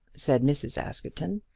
said mrs. askerton.